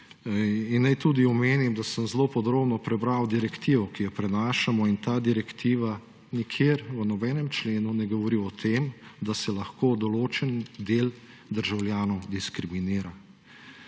Naj tudi omenim, da sem zelo podrobno prebral direktivo, ki jo prenašamo, in ta direktiva nikjer v nobenem členu ne govori o tem, da se lahko določeni del državljanov diskriminira.